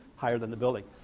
higher than the building,